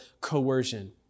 coercion